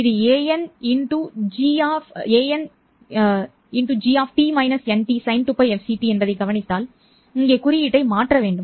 இது anI g sin 2Лfct என்பதைக் கவனித்தால் இங்கே குறியீட்டை மாற்ற வேண்டும்